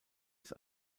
ist